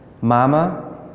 Mama